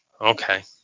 okay